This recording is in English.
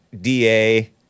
DA